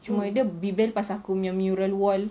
cuma dia pasal aku punya mural wall